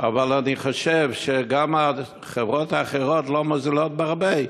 אבל אני חושב שגם החברות האחרות לא מוזילות בהרבה,